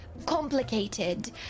Complicated